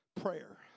prayer